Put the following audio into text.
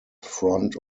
front